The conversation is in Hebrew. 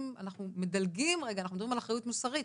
אנחנו מדלגים רגע על האחריות הנזיקית ומדברים על אחריות מוסרית,